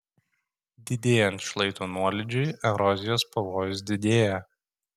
didėjant šlaito nuolydžiui erozijos pavojus didėja